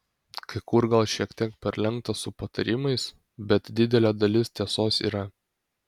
kai kur gal šiek tiek perlenkta su patarimais bet didelė dalis tiesos yra